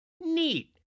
Neat